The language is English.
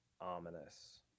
ominous